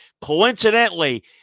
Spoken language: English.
Coincidentally